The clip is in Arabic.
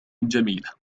جميلة